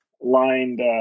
lined